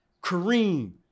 Kareem